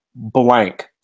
blank